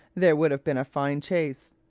there would have been a fine chase.